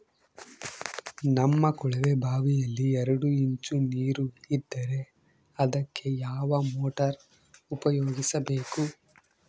ನಮ್ಮ ಕೊಳವೆಬಾವಿಯಲ್ಲಿ ಎರಡು ಇಂಚು ನೇರು ಇದ್ದರೆ ಅದಕ್ಕೆ ಯಾವ ಮೋಟಾರ್ ಉಪಯೋಗಿಸಬೇಕು?